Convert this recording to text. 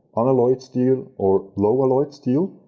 unalloyed steel or low alloyed steel.